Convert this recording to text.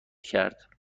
کرد